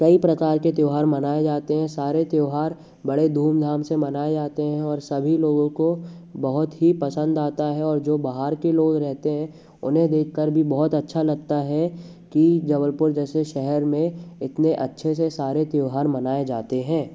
कई प्रकार के त्योहार मनाए जाते हैं सारे त्योहार बड़े धूमधाम से मनाए जाते हैं और सभी लोगों को बहुत ही पसंद आता है और जो बाहर के लोग रहेते हैं उन्हें देख कर भी बहुत अच्छा लगता है कि जबलपुर जैसे शहर में इतने अच्छे से सारे त्योहार मनाए जाते हैं